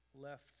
left